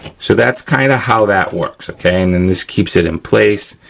so that's kind of how that works, okay, and then this keeps it in place,